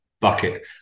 bucket –